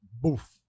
boof